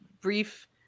brief